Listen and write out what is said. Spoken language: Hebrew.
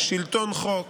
שלטון חוק,